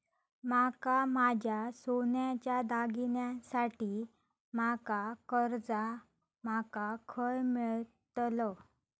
माका माझ्या सोन्याच्या दागिन्यांसाठी माका कर्जा माका खय मेळतल?